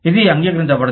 ఇది అంగీకరించబడదు